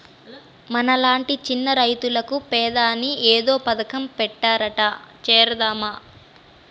మనలాంటి చిన్న రైతులకు పెదాని ఏదో పథకం పెట్టారట చేరదామా